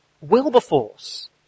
Wilberforce